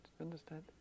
understand